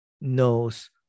knows